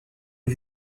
les